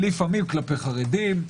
לפעמים כלפי חרדים.